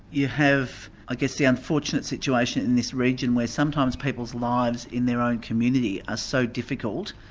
you have i guess the unfortunate situation in this region where sometimes people's lives in their own community are so difficult,